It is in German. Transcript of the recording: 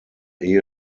ehe